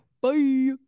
Bye